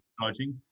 charging